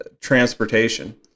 transportation